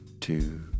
two